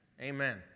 Amen